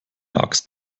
axt